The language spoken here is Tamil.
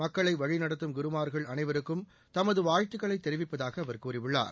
மக்களை வழிநடத்தும் குருமார்கள் அனைவருக்கும் தமது வாழ்த்துகளை தெரிவிப்பதாக அவர் கூறியுள்ளார்